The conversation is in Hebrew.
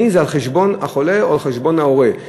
הם על חשבון החולה או על חשבון ההורה.